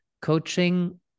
coaching